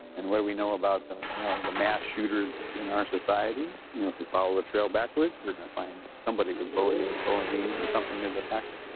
and what do we know about you know the mass shooters in our society? you know if you follow the trail backwards, we're gonna find somebody was bullied or bullying or something as a factor.